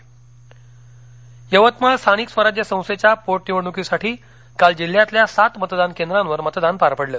मतदान यवतमाळ यवतमाळ स्थानिक स्वराज्य संस्थेच्या पोटनिवडणुकीसाठी काल जिल्ह्यातल्या सात मतदान केंद्रांवर मतदान पार पडलं